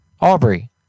Aubrey